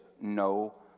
no